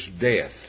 death